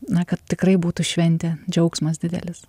na kad tikrai būtų šventė džiaugsmas didelis